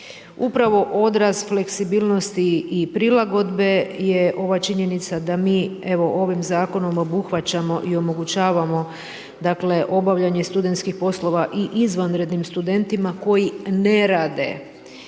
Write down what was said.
Upravo odraz fleksibilnosti i prilagodbe je ova činjenica da mi evo ovim zakonom obuhvaćamo i omogućavamo obavljanje studentskih poslova i izvanrednim studentima koji ne rade.